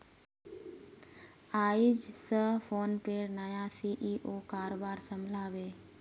आइज स फोनपेर नया सी.ई.ओ कारभार संभला बे